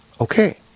okay